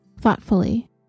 thoughtfully